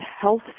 health